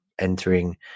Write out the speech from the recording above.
entering